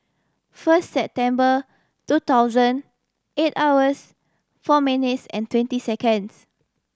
first September two thousand eight hours four minutes and twenty seconds